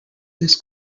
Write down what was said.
this